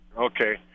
okay